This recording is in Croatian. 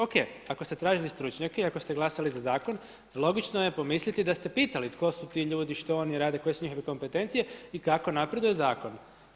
Ok, ako ste tražili stručnjake i ako ste glasali za zakon, logično je pomisliti da ste pitali tko su ti ljudi, što oni rade, koje su njihove kompetencije i kako napreduje zakon.